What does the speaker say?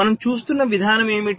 మనము చూస్తున్న విధానం ఏమిటి